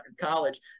college